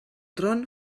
tron